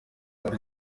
buryo